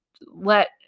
let